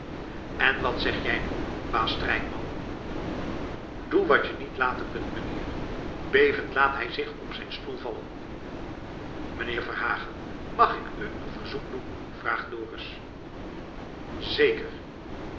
en wat zeg jij nu baas strijkman doe wat je niet laten kunt meneer bevend laat hij zich op zijn stoel vallen mijnheer verhagen mag ik u een verzoek doen vraagt dorus zeker